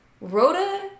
Rhoda